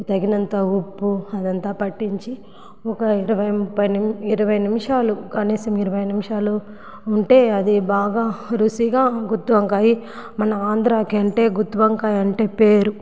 తగినంత ఉప్పు అదంతా పట్టించి ఒక ఇరవై ముప్పై ని ఇరవై నిమిషాలు కనీసం ఇరవై నిమిషాలు ఉంటే అది బాగా రుచిగా గుత్తి వంకాయ మన ఆంధ్ర కంటే గుత్తి వంకాయ అంటే పేరు